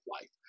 life